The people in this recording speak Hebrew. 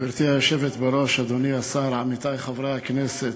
גברתי היושבת בראש, אדוני השר, עמיתי חברי הכנסת,